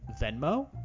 Venmo